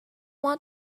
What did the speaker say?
want